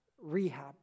rehab